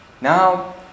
now